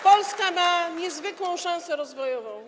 Polska ma niezwykłą szansę rozwojową.